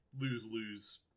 lose-lose